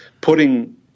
putting